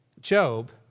Job